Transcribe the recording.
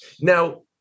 Now